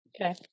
okay